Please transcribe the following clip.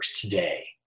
today